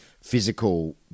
physical